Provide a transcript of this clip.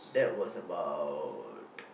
that was about